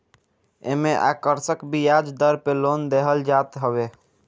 एमे आकर्षक बियाज दर पे लोन देहल जात हवे